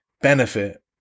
benefit